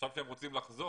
אחרי שהם רוצים לחזור,